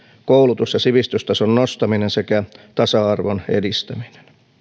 koulutus ja sivistystason nostaminen sekä tasa arvon edistäminen